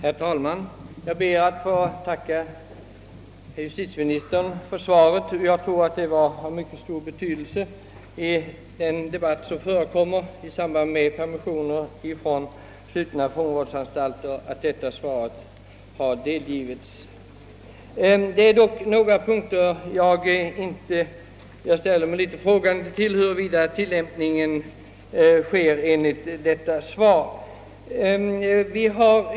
Herr talman! Jag ber att få tacka justitieministern för svaret. Med tanke på den debatt som förts rörande permissioner från slutna fångvårdsanstalter tror jag det har stor betydelse att detta svar lämnats. På några punkter ställer jag mig dock en smula frågande, huruvida tillämpningen av bestämmelserna sker enligt de normer som angivits i svaret.